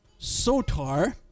sotar